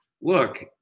look